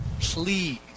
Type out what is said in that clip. please